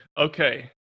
okay